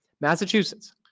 Massachusetts